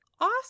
Awesome